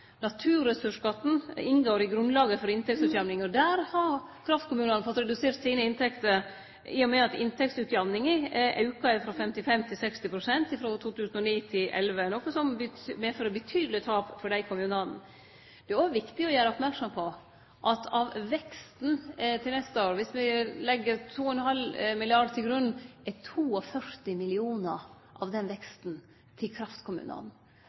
Naturressursskatten inngår i grunnlaget for inntektsutjamning, og der har kraftkommunane fått redusert sine inntekter i og med at inntektsutjamninga er auka frå 55 pst. til 60 pst. frå 2009 til 2011, noko som fører med seg betydelige tap for dei kommunane. Det er òg viktig å gjere merksam på at av veksten til neste år, dersom vi legg 2,5 mrd. kr til grunn, er 42 mill. kr til kraftkommunane.